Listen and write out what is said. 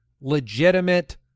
legitimate